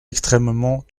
extrêmement